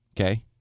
Okay